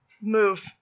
move